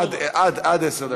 עד, עד עשר דקות.